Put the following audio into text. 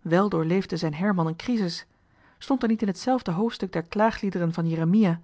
wel doorleefde zijn herman een crisis stond er niet in hetzelfde hoofdstuk der klaagliederen van jeremia